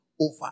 over